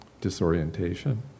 disorientation